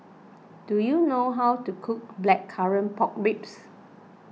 do you know how to cook Blackcurrant Pork Ribs